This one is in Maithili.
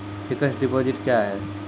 फिक्स्ड डिपोजिट क्या हैं?